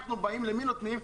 למי אנחנו נותנים?